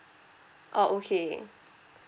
oh okay